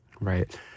Right